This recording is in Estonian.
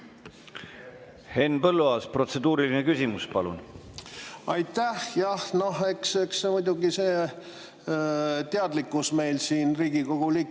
Henn Põlluaas, protseduuriline küsimus, palun! Aitäh! Jah, no eks muidugi see teadlikkus meil siin Riigikogu